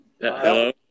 Hello